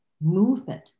movement